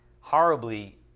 horribly